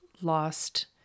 lost